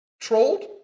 trolled